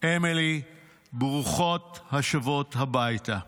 אמילי, ברוכות השבות הביתה.